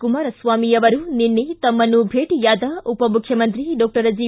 ಕುಮಾರಸ್ವಾಮಿ ಅವರು ನಿನ್ನೆ ತಮ್ಮನ್ನು ಭೇಟಿಯಾದ ಉಪಮುಖ್ಯಮಂತ್ರಿ ಡಾಕ್ಟರ್ ಜಿ